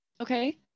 Okay